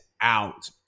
out